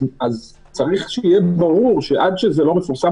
צריך שיהיה ברור שעד שזה לא יפורסם